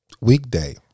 weekday